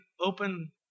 open